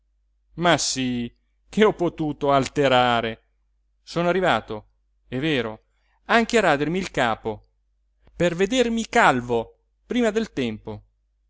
ma sì che ho potuto alterare sono arrivato è vero anche a radermi il capo per vedermi calvo prima del tempo